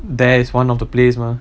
there is one of the place mah